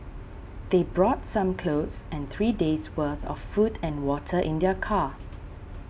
they brought some clothes and three days' worth of food and water in their car